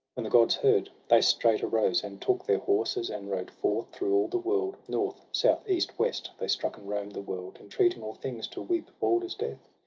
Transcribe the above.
when the gods heard, they straight arose, and took their horses, and rode forth through all the world. north, south, east, west, they struck, and roam'd the world. entreating all things to weep balder's death.